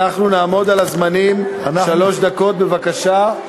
אנחנו נעמוד על הזמנים, שלוש דקות בבקשה.